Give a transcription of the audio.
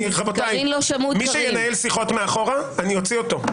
רבותיי, מי שינהל שיחות מאחור, אני אוציא אותו.